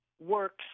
works